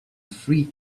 free